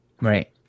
Right